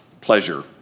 pleasure